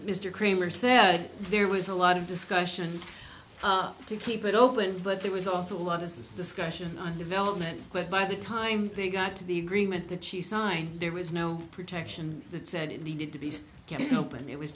mr kramer said there was a lot of discussion to keep it open but there was also a lot of discussion on development but by the time they got to the agreement that she signed there was no protection that said it needed to be kept open it was